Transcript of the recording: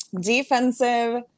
Defensive